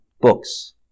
books